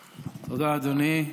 תודה, אדוני.